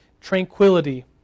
tranquility